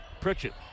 Pritchett